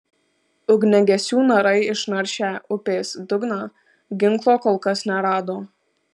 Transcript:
ugniagesių narai išnaršę upės dugną ginklo kol kas nerado